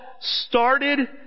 started